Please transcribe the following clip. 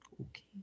Okay